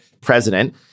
president